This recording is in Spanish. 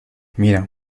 mira